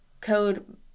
code